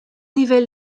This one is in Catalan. nivell